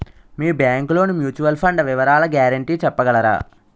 మీ bank లోని mutual fund వివరాల guarantee చెప్పగలరా?